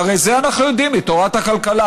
והרי את זה אנחנו יודעים מתורת הכלכלה,